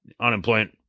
unemployment